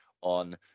on